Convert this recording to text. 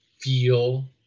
feel